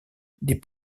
des